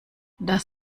das